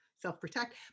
Self-protect